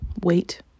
wait